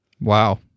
Wow